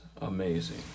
amazing